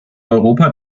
europa